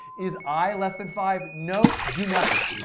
is i less than five, nope, do nothing.